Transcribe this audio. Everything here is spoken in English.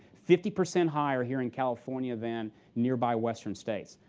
fifty percent higher here in california than nearby western states.